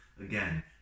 again